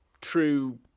true